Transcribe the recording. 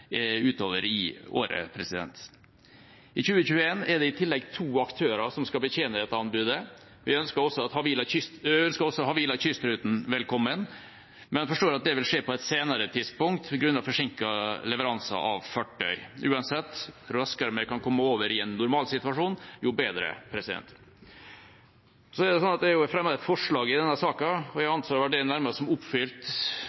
utover året. I 2021 er det i tillegg to aktører som skal betjene dette anbudet. Vi ønsker også Havila Kystruten velkommen, men forstår at det vil skje på et senere tidspunkt, grunnet forsinket leveranse av fartøy. Uansett, jo raskere vi kan komme over i en normalsituasjon, jo bedre. Så er det fremmet et forslag i denne saken. Jeg anser vel det nærmest som oppfylt med det som nå ligger på bordet fra regjeringas side, med fem skip på alle de 34 havnene, og jeg